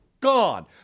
gone